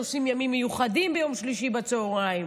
עושים ימים מיוחדים ביום שלישי בצוהריים,